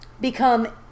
become